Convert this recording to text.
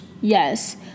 Yes